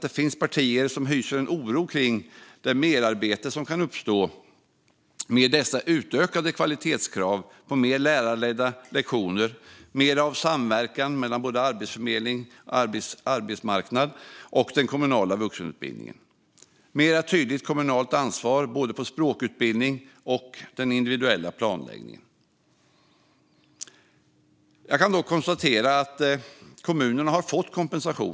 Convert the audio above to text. Det finns partier som hyser en oro kring det merarbete som kan uppstå med dessa utökade kvalitetskrav på mer lärarledda lektioner, mer av samverkan mellan arbetsförmedling, arbetsmarknad och den kommunala vuxenutbildningen och mer tydligt kommunalt ansvar för både språkutbildning och den individuella planläggningen. Jag kan dock konstatera att kommunerna har fått kompensation.